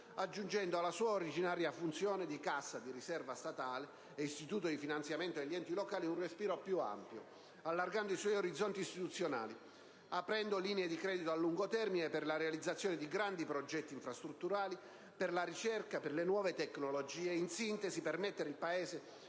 aggiungendo alla sua originaria funzione di cassa di riserva statale e istituto di finanziamento degli enti locali un respiro più ampio, allargando i suoi orizzonti istituzionali, aprendo linee di credito a lungo termine per la realizzazione di grandi progetti infrastrutturali, per la ricerca, per le nuove tecnologie (in sintesi, per mettere il Paese